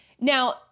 now